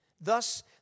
Thus